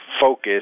focus